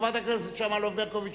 חברת הכנסת שמאלוב-ברקוביץ,